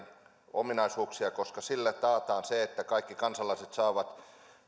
ominaisuuksia koska sillä taataan se että kaikki kansalaiset saavat